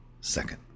second